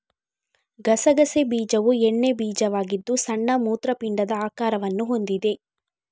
ಗಸಗಸೆ ಬೀಜವು ಎಣ್ಣೆ ಬೀಜವಾಗಿದ್ದು ಸಣ್ಣ ಮೂತ್ರಪಿಂಡದ ಆಕಾರವನ್ನು ಹೊಂದಿದೆ